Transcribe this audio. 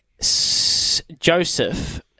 Joseph